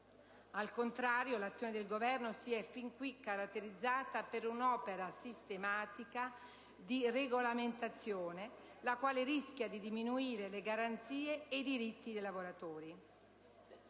Al contrario l'azione del Governo si è fin qui caratterizzate per un'opera di deregolamentazione la quale rischia di diminuire le garanzie e i diritti dei lavoratori;